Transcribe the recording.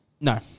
No